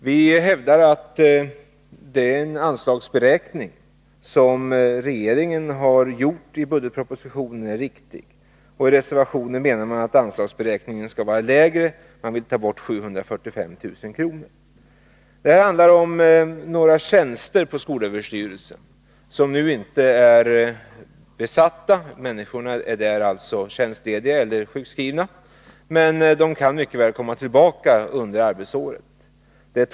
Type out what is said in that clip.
Vi hävdar att den anslagsberäkning som regeringen har gjort i budgetpropositionen är riktig, i reservationen menar man att anslaget skall vara lägre. Reservanterna vill ta bort 745 000 kr. Detta handlar om tolv tjänster på skolöverstyrelsen, där innehavarna är tjänstlediga eller sjukskrivna, men de kan mycket väl komma tillbaka under arbetsåret.